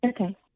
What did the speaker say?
Okay